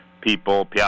people